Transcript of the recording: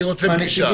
אני רוצה פגישה.